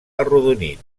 arrodonit